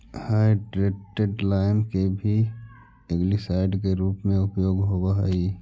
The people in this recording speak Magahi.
हाइड्रेटेड लाइम के भी एल्गीसाइड के रूप में उपयोग होव हई